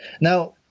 Now